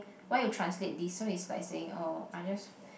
why you translate this so it's like saying oh I just